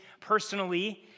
personally